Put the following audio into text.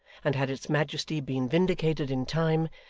and had its majesty been vindicated in time,